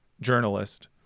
journalist